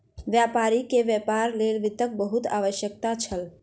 व्यापारी के व्यापार लेल वित्तक बहुत आवश्यकता छल